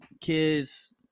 kids